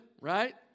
right